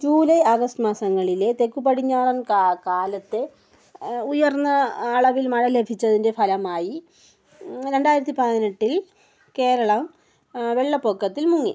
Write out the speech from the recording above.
July August മാസങ്ങളിലെ തെക്കു പടിഞ്ഞാറൻ കാലം കാലത്തെ ഉയർന്ന അളവിൽ മഴ ലഭിച്ചതിൻ്റെ ഫലമായി രണ്ടായിരത്തി പതിനെട്ടിൽ കേരളം വെള്ളപ്പൊക്കത്തിൽ മുങ്ങി